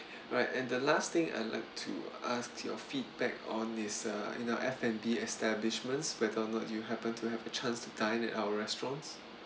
alright and the last thing I like to ask your feedback on is uh in our f and b establishments we well note you happen to have a chance to dine in our restaurants